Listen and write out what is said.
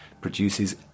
produces